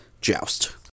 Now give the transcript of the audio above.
joust